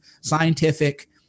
scientific